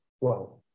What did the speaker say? Wow